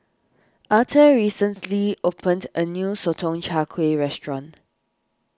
Arthur recently opened a new Sotong Char Kway restaurant